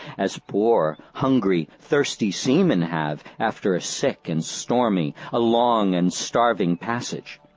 as poor, hungry, thirsty seamen have, after a sick and stormy, a long and starving passage.